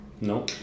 No